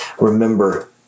remember